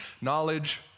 knowledge